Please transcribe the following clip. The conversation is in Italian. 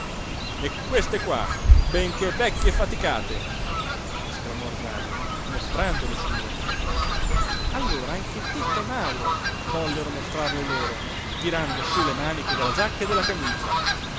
e queste qua benché vecchie e faticate esclamò rosario mostrando le sue allora anche titta e mauro vollero mostrar le loro tirando su le maniche della giacca e della camicia